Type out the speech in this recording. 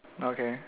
okay